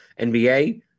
NBA